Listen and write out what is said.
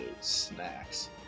snacks